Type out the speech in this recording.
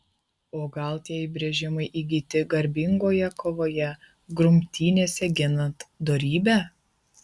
o gal tie įbrėžimai įgyti garbingoje kovoje grumtynėse ginant dorybę